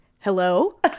hello